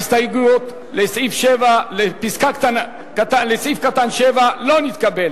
ההסתייגויות לפסקה (7) לא נתקבלו.